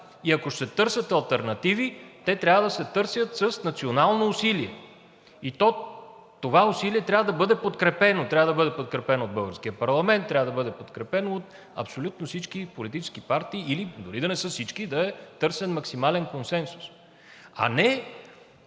И ако ще се търсят алтернативи, те трябва да се търсят с национално усилие, и то това усилие трябва да бъде подкрепено. Трябва да бъде подкрепено от българския парламент, трябва да бъде подкрепено от абсолютно всички политически партии, или дори да не са всички, да е търсен максимален консенсус, а не